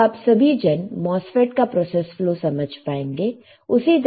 अब आप सभी जन MOSFET का प्रोसेस फ्लो समझ पाएंगे